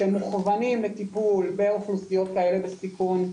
שמכוונים לטיפול באוכלוסיות כאלה בסיכון,